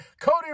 Cody